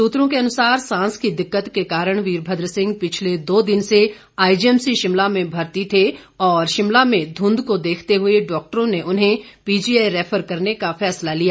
सूत्रों के अनुसार सांस की दिक्कत के कारण वीरभद्र सिंह पिछले दो दिन से आईजी एमसी शिमला में भर्ती थे और शिमला में धुंध को देखते हुए डाक्टरों ने उन्हें पीजीआई रैफर करने का फैसला लिया